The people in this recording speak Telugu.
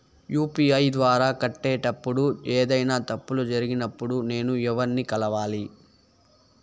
యు.పి.ఐ ద్వారా కట్టేటప్పుడు ఏదైనా తప్పులు జరిగినప్పుడు నేను ఎవర్ని కలవాలి?